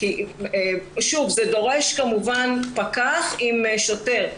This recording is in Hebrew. זה דורש פקח עם שוטר.